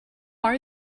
are